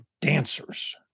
dancers